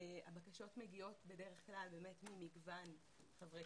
והבקשות מגיעות בדרך כלל ממגוון חברי